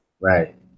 Right